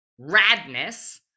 radness